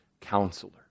counselor